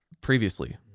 previously